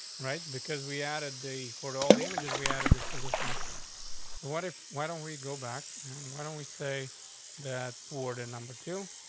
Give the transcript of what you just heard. right? because we added the port. all the images. we added this position. absolute. so what if why don't we go back? and why don't we say that ford and number two,